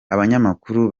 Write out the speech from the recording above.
abanyamakuru